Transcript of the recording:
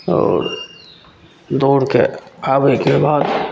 आओर दौड़के आबैके बाद